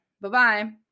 Bye-bye